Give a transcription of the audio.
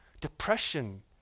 Depression